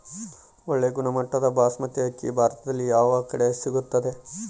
ಒಳ್ಳೆ ಗುಣಮಟ್ಟದ ಬಾಸ್ಮತಿ ಅಕ್ಕಿ ಭಾರತದಲ್ಲಿ ಯಾವ ಕಡೆ ಸಿಗುತ್ತದೆ?